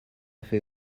fait